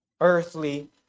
Earthly